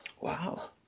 wow